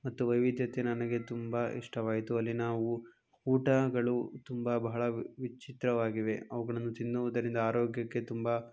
ಮತ್ತು ವೈವಿಧ್ಯತೆ ನನಗೆ ತುಂಬ ಇಷ್ಟವಾಯಿತು ಅಲ್ಲಿ ನಾವು ಊಟಗಳು ತುಂಬಾ ಬಹಳ ವಿಚಿತ್ರವಾಗಿವೆ ಅವುಗಳನ್ನು ತಿನ್ನುವುದರಿಂದ ಆರೋಗ್ಯಕ್ಕೆ ತುಂಬ